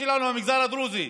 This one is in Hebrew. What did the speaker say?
במגזר שלנו, המגזר הדרוזי,